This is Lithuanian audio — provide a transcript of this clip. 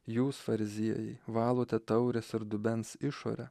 jūs fariziejai valote taures ar dubens išorę